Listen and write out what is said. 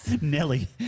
Nelly